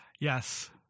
Yes